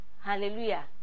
Hallelujah